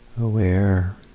aware